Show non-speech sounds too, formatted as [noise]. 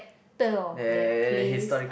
[noise] that place